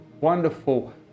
wonderful